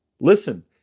Listen